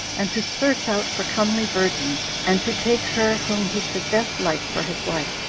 and to search out for comely virgins, and to take her whom he should best like for his wife,